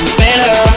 better